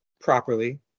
properly